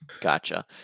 Gotcha